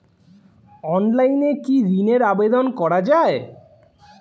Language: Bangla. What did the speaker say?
অনলাইনে কি ঋণের আবেদন করা যায়?